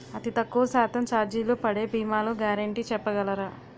అతి తక్కువ శాతం ఛార్జీలు పడే భీమాలు గ్యారంటీ చెప్పగలరా?